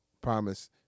Promise